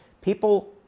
People